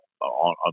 on